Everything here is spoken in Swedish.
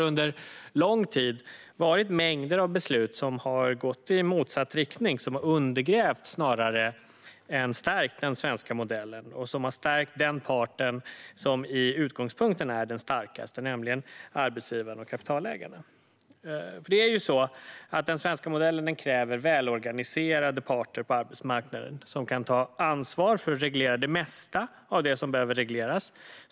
Under lång tid har det varit mängder av beslut som har gått i motsatt riktning, som har undergrävt snarare än stärkt den svenska modellen och som har stärkt den part som i utgångspunkten redan är den starkaste parten, nämligen arbetsgivare och kapitalägare. Det är ju så att den svenska modellen kräver välorganiserade parter på arbetsmarknaden som kan ta ansvar för att reglera det mesta av det som behöver regleras.